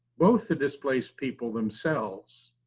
both to displaced people themselves,